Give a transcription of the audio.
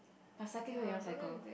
but cycling where you want cycle